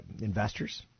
investors